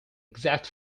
exact